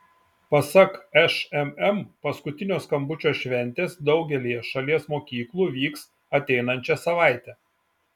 pasak šmm paskutinio skambučio šventės daugelyje šalies mokyklų vyks ateinančią savaitę